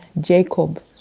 jacob